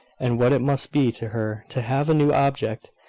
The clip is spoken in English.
and what it must be to her to have a new object,